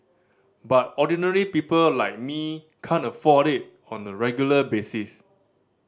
but ordinary people like me can't afford it on a regular basis